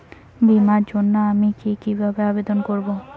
বিমার জন্য আমি কি কিভাবে আবেদন করব?